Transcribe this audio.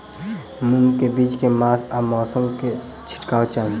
मूंग केँ बीज केँ मास आ मौसम मे छिटबाक चाहि?